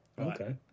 Okay